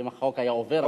אם החוק היה עובר.